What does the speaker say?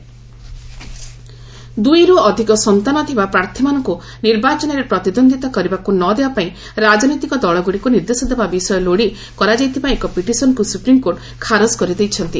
SC two child norm ଦୁଇରୁ ଅଧିକ ସନ୍ତାନ ଥିବା ପ୍ରାର୍ଥୀମାନଙ୍କୁ ନିର୍ବାଚନରେ ପ୍ରତିଦ୍ୱନ୍ଦ୍ୱିତା କରିବାକୁ ନ ଦେବା ପାଇଁ ରାଜନୈତିକ ଦଳଗୁଡିକୁ ନିର୍ଦ୍ଦେଶଦେବା ବିଷୟ ଲୋଡି କରାଯାଇଥିବା ଏକ ପିଟିସନକୁ ସୁପ୍ରିମକୋର୍ଟ ଖାରଜ କରିଦେଇଛନ୍ତି